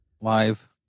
live